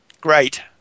Great